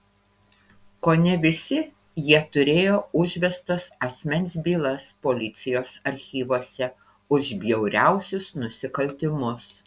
kone visi jie turėjo užvestas asmens bylas policijos archyvuose už bjauriausius nusikaltimus